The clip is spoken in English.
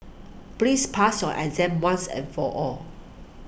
please pass your exam once and for all